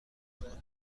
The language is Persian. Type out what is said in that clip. توزیع